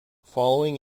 following